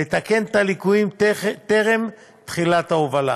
לתקן את הליקויים טרם תחילת ההובלה.